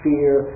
Fear